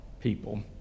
people